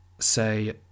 Say